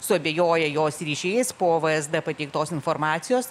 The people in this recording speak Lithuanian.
suabejoja jos ryšiais po vsd pateiktos informacijos